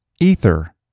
Ether